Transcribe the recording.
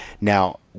Now –